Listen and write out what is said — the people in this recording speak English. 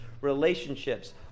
Relationships